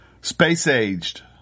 Space-aged